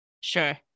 Sure